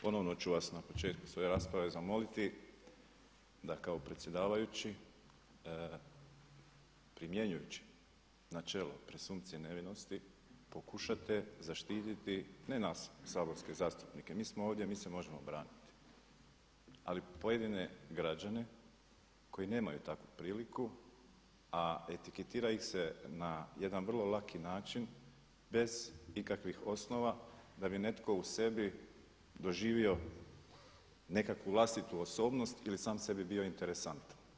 Ponovno ću vas na početku svoje rasprave zamoliti da kao predsjedavajući primjenjujući načelo presumpcije nevinosti pokušate zaštititi ne nas saborske zastupnike, mi smo ovdje mi se možemo braniti, ali pojedine građane koji nemaju takvu priliku, a etiketira ih se na jedan vrlo laki način bez ikakvih osnova da bi netko u sebi doživio nekakvu vlastitu osobnost ili sam sebi bio interesantan.